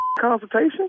consultation